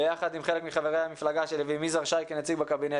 ביחד עם חלק מחברי המפלגה שלי ועם יזהר שי כנציג בקבינט.